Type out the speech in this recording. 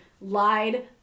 lied